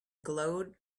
glowed